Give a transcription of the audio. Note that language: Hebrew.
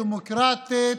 דמוקרטית,